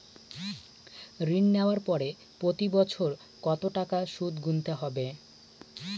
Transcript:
ঋণ নেওয়ার পরে প্রতি বছর কত টাকা সুদ গুনতে হবে?